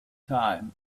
time